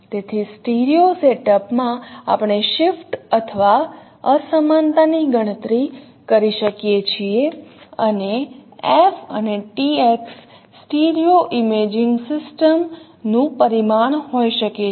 તેથી સ્ટીરિયો સેટઅપમાં આપણે શિફ્ટ અથવા અસમાનતા ની ગણતરી કરી શકીએ છીએ અને f અને tx સ્ટીરિયો ઇમેજિંગ સિસ્ટમ નું પરિમાણ હોઈ શકે છે